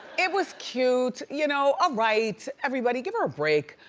it was cute, you know alright. everybody give her a break.